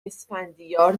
اسفندیار